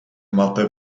máte